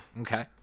Okay